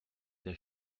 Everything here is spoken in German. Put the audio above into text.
der